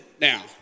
now